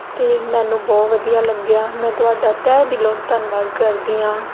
ਅਤੇ ਮੈਨੂੁੰ ਬਹੁਤ ਵਧੀਆ ਲੱਗਿਆ ਮੈਂ ਤੁਹਾਡਾ ਤਹਿ ਦਿਲੋਂ ਧੰਨਵਾਦ ਕਰਦੀ ਹਾਂ